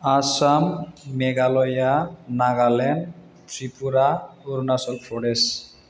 Assam Meghalaya Nagaland Tripura Arunachal Pradesh